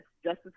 justice